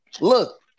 Look